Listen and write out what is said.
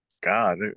God